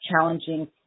challenging